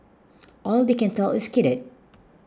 all they can tell is skidded